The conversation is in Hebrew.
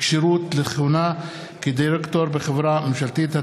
כשירות לכהונה כדירקטור בחברה ממשלתית),